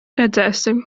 redzēsim